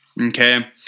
Okay